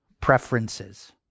preferences